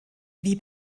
wie